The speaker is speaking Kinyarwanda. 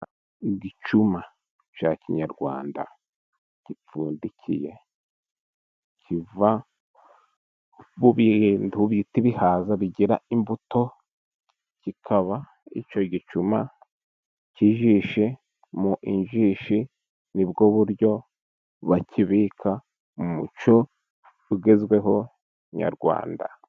Igicuma cya kinyarwanda gipfundikiye. Kiva mu bintu bita ibihaza bigira imbuto. Kikaba icyo gicuma kijishe mu njishi. Ni bwo buryo bakibika, umuco ugezweho nyarwanda.